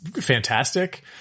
fantastic